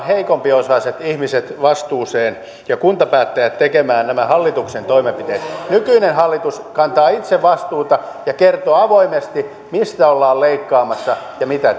heikompiosaiset ihmiset vastuuseen ja kuntapäättäjät tekemään nämä hallituksen toimenpiteet nykyinen hallitus kantaa itse vastuuta ja kertoo avoimesti mistä ollaan leikkaamassa ja mitä